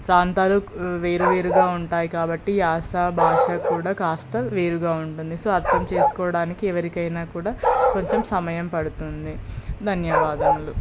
ప్రాంతాలు వేరువేరుగా ఉంటాయి కాబట్టి యాస భాష కూడా కాస్త వేరుగా ఉంటుంది సో అర్థం చేసుకోవడానికి ఎవరికైనా కూడా కొంచెం సమయం పడుతుంది ధన్యవాదములు